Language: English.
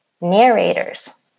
narrators